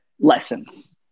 lessons